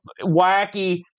wacky